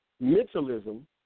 mentalism